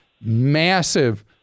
massive